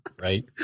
right